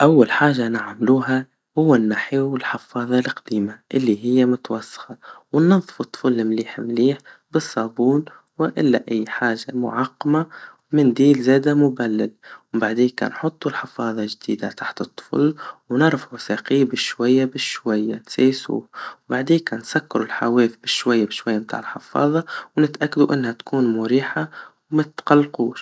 أول حاجا نعملوها, هوا نحيوا الحفاظا القديما, اللي هيا متوسخا, ونضفو الطفل مليح مليح, بالصابون, وإلا أي حاجا معقمة, منديل زادا مبلل, ومبعديكا نحطوا الحفاضا الجديدا تحت الطفل, ونرفعوا ساقيه بشوياا بشويا تسايسوا, بعديكا نسكروا الحواف بشويا بشويامتاع الحفاظة, ونتأكدوا إنها تكون مريحا ومتقلقوش.